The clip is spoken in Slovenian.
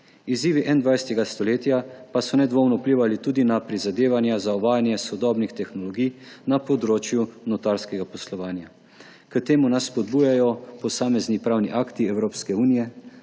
Izzivi 21. stoletja pa so nedvomno vplivali tudi na prizadevanja za uvajanje sodobnih tehnologij na področju notarskega poslovanja. K temu nas spodbujajo posamezni pravni akti Evropske unije